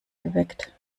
geweckt